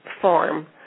farm